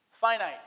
finite